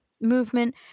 movement